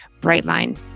Brightline